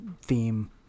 theme